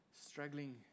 struggling